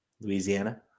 louisiana